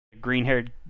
green-haired